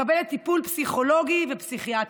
מקבלת טיפול פסיכולוגי ופסיכיאטרי.